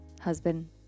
husband